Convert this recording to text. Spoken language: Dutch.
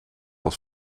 als